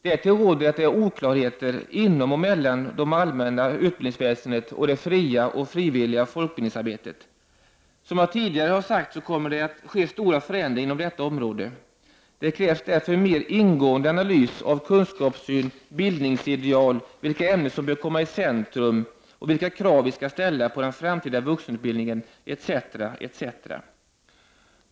Därtill råder det oklarheter inom och mellan det allmänna utbildningsväsendet och det fria och frivilliga folkbildningsarbetet. Som jag tidigare har sagt kommer det att ske stora förändringar inom detta område. Det krävs därför en mera ingående analys av kunskapssyn, bildningsideal, vilka ämnen som bör komma i centrum och vilka krav vi skall ställa på den framtida vuxenutbildningen etc.